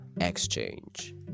exchange